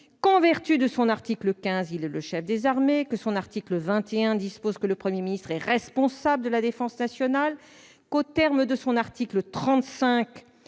qu'en vertu de son article 15, il est " le chef des Armées "; que son article 21 dispose que le Premier ministre " est responsable de la Défense nationale "; qu'aux termes de son article 35,